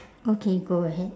okay go ahead